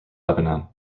lebanon